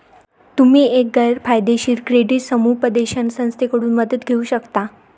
तुम्ही एक गैर फायदेशीर क्रेडिट समुपदेशन संस्थेकडून मदत घेऊ शकता